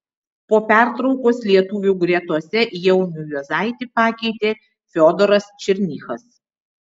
po pertraukos lietuvių gretose jaunių juozaitį pakeitė fiodoras černychas